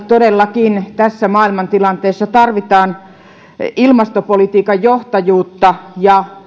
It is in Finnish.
todellakin tässä maailmantilanteessa tarvitaan ilmastopolitiikan johtajuutta ja